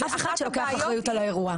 ואין אף אחד שלוקח אחריות על האירוע.